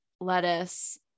lettuce